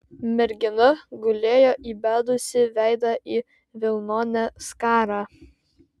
mergina gulėjo įbedusi veidą į vilnonę skarą